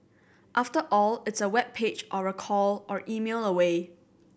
after all it's a web page or a call or email away